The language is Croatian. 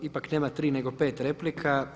Ipak nema tri nego pet replika.